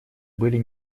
были